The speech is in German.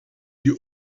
die